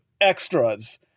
Extras